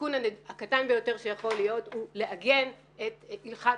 התיקון הקטן ביותר שיכול להיות הוא לעגן את הלכת